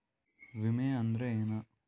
ವಿಮೆ ಅಂದ್ರೆ ಏನ?